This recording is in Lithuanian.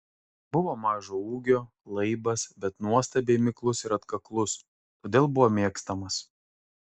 buvo mažo ūgio laibas bet nuostabiai miklus ir atkaklus todėl buvo mėgstamas